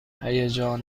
هیجان